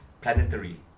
planetary